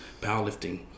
powerlifting